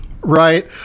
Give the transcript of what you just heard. right